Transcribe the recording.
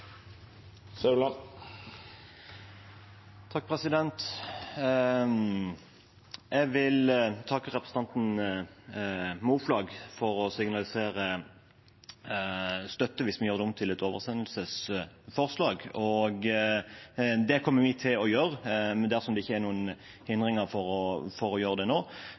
Saudland har hatt ordet to gonger tidlegare og får ordet til ein kort merknad, avgrensa til 1 minutt. Jeg vil takke representanten Moflag for å signalisere støtte hvis vi gjør dette om til et oversendelsesforslag. Det kommer vi til å gjøre. Dersom det ikke er noen hindringer for å gjøre